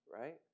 Right